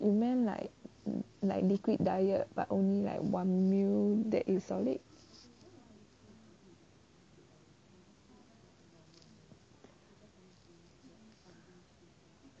you meant like like liquid diet but only like one meal that is solid